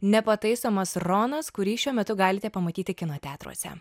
nepataisomas ronas kurį šiuo metu galite pamatyti kino teatruose